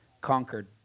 conquered